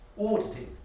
auditing